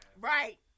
Right